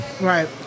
Right